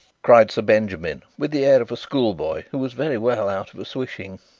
cried sir benjamin, with the air of a schoolboy who was very well out of a swishing.